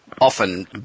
often